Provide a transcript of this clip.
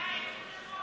איזו פרשה השבוע?